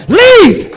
leave